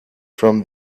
from